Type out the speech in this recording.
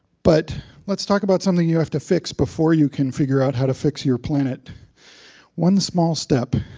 but let's talk about something you have to fix before you can figure out how to fix your planet one small step.